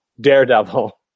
Daredevil